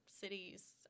cities